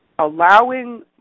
allowing